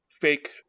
fake